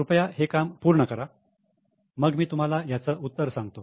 कृपया हे काम पूर्ण करा मग मी तुम्हाला याचं उत्तर सांगतो